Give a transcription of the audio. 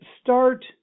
start